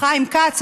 חיים כץ,